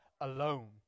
alone